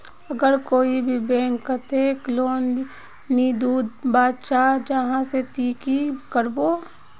अगर कोई भी बैंक कतेक लोन नी दूध बा चाँ जाहा ते ती की करबो?